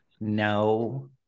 no